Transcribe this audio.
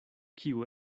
kiu